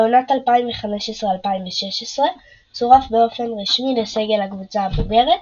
בעונת 2015/2016 צורף באופן רשמי לסגל הקבוצה הבוגרת,